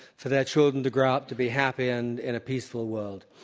for their children to grow up to be happy and in a peaceful world.